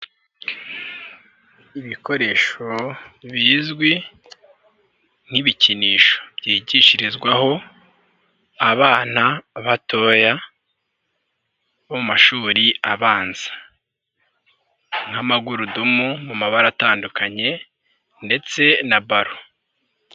Ibikoresho bizwi nk'ibikinisho byigishirizwaho abana batoya bo mashuri abanza. Amagurudumu mu mabara atandukanye ndetse na ballon.